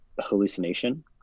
hallucination